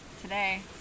today